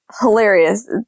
hilarious